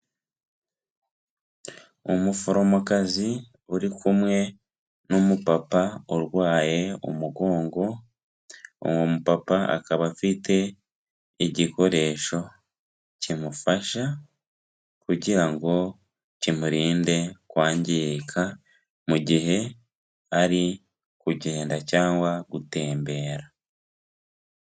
Umuforomokazi uri kumwe n'umupapa urwaye umugongo, uwo mupapa akaba afite igikoresho kimufasha kugira ngo kimurinde kwangirika mu gihe ari kugenda cyangwa gutembera.